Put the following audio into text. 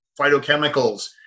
phytochemicals